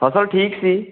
ਫਸਲ ਠੀਕ ਸੀ